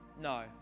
no